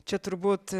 čia turbūt